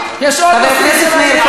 אבל לך זאת חובה להפריע.